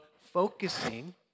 focusing